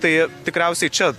tai tikriausiai čia